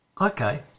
Okay